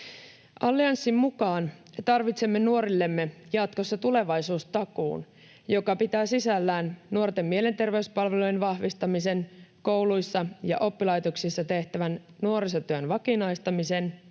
Allianssin mukaan me tarvitsemme nuorillemme jatkossa tulevaisuustakuun, joka pitää sisällään nuorten mielenterveyspalveluiden vahvistamisen, kouluissa ja oppilaitoksissa tehtävän nuorisotyön vakinaistamisen